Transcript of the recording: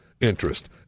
interest